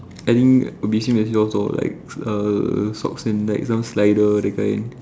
I think will be same as yours or like err socks and like some slider that kind